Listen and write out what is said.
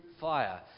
fire